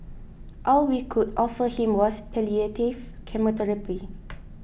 all we could offer him was palliative chemotherapy